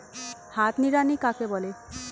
হাত নিড়ানি কাকে বলে?